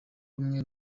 rumwe